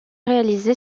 réalisée